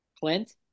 Clint